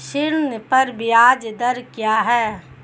ऋण पर ब्याज दर क्या है?